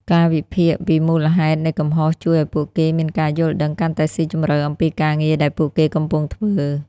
ការវិភាគពីមូលហេតុនៃកំហុសជួយឲ្យពួកគេមានការយល់ដឹងកាន់តែស៊ីជម្រៅអំពីការងារដែលពួកគេកំពុងធ្វើ។